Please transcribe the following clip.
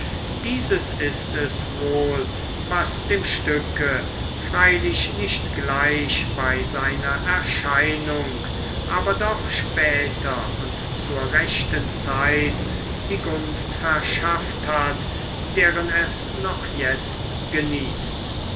dieses ist es wohl was dem stücke freilich nicht gleich bei seiner erscheinung aber doch später und zur rechten zeit die gunst verschafft hat deren es noch jetzt genießt